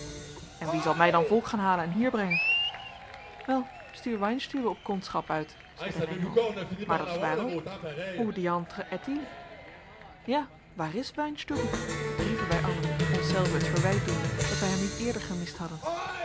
en wie zal mij dan volk gaan halen en hier brengen wel stuur weinstübe op kondschap uit zeide reynhove maar dat is waar ook où diantre est il ja waar is weinstübe riepen wij allen onszelven het verwijt doende dat wij hem niet eerder gemist hadden